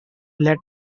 let